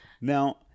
Now